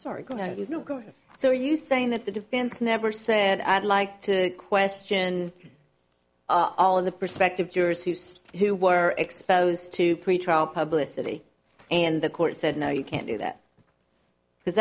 sorry go ahead you know go so are you saying that the defense never said i'd like to question all of the prospective jurors who who were exposed to pretrial publicity and the court said no you can't do that because